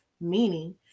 Meaning